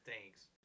Thanks